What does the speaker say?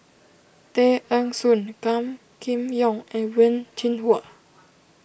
Tay Eng Soon Gan Kim Yong and Wen Jinhua